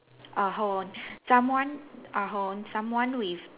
err hold on someone uh hold on someone with